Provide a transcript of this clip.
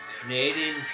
Canadian